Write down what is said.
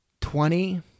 Twenty